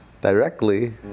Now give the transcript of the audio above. directly